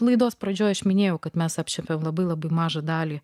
laidos pradžioje aš minėjau kad mes apčiuopiame labai labai mažą dalį